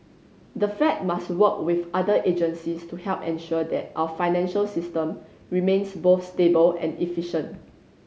the Fed must work with other agencies to help ensure that our financial system remains both stable and efficient